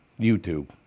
YouTube